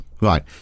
Right